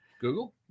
google